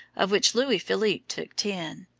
of which louis philippe took ten.